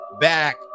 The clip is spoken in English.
back